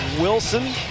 Wilson